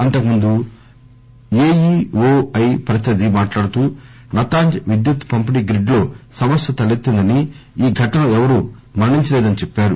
అంతకు ముందు ఏఈఓఐ ప్రతినిధి మాట్లాడుతూ నతాంజ్ విద్యుత్తు పంపిణి గ్రిడ్ లో సమస్య తలెత్తిందని ఈ ఘటనలో ఏవరు మరణించలేదని చెప్పారు